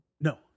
No